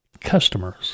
customers